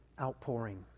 outpouring